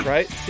Right